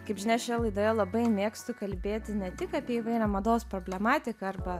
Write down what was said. kaip žinia šioje laidoje labai mėgstu kalbėti ne tik apie įvairią mados problematiką arba